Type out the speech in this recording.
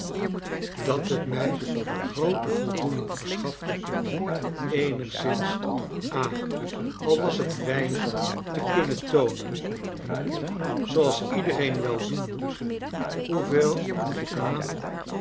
dat het mij groote voldoening verschafte eenigszins ha al was het weinig te kunnen toonen hm zooals iedereen wel doen moet